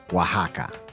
Oaxaca